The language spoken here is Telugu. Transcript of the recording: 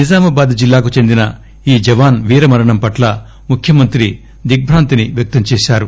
నిజామాబాద్ జిల్లాకు చెందిన ఈ జవాస్ వీర మరణం పట్ల ముఖ్యమంత్రి దిగ్బాంతిని వ్యక్తంచేశారు